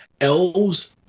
Elves